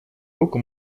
руку